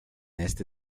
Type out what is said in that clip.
este